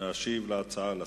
להשיב על ההצעות לסדר-היום.